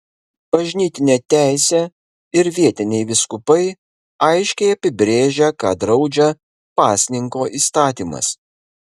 bažnytinė teisė ir vietiniai vyskupai aiškiai apibrėžia ką draudžia pasninko įstatymas